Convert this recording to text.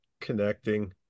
connecting